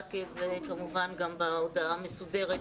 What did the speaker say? קראתי את זה כמובן גם בהודעה המסודרת.